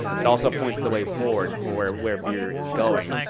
it also points the way forward for where beer is going,